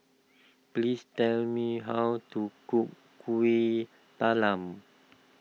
please tell me how to cook Kuih Talam